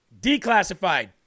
declassified